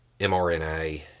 mRNA